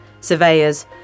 surveyors